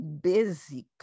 basic